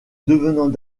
devenant